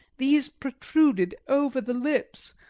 these protruded over the lips,